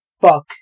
Fuck